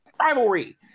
rivalry